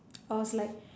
I was like